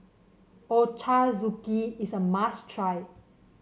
ochazuke is a must try